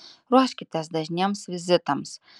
ruoškitės dažniems vizitams